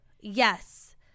Yes